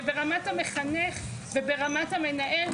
וברמת המחנך וברמת המנהל,